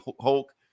hulk